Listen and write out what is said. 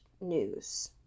news